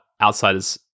Outsiders